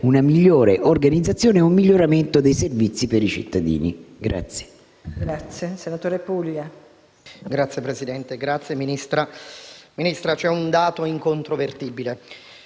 una migliore organizzazione e un miglioramento dei servizi per i cittadini.